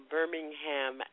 Birmingham